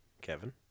Kevin